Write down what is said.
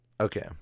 Okay